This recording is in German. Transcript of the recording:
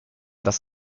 dass